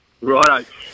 Righto